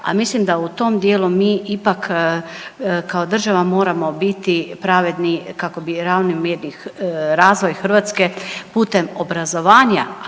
a mislim da u tom dijelu mi ipak kao država moramo biti pravedni kako bi ravnomjerni razvoj Hrvatske putem obrazovanja,